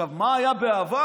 עכשיו, מה היה בעבר,